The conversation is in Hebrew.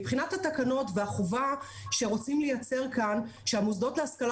מבחינת התקנות והחובה שרוצים לייצר כאן שהמוסדות להשכלה